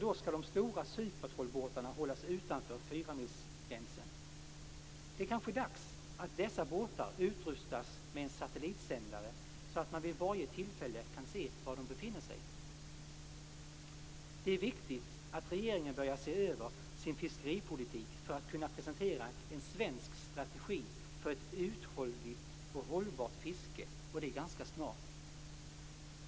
Då skall de stora supertrålbåtarna hållas utanför fyramilsgränsen. Det är kanske dags att dessa båtar utrustas med en satellitsändare så att man vid varje tillfälle får se var de befinner sig. Det är viktigt att regeringen börjar se över sin fiskeripolitik för att kunna presentera en svensk strategi för ett uthålligt och hållbart fiske, och det ganska snart.